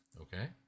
Okay